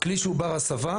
כלי שהוא בר הסבה.